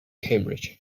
cambridge